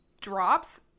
drops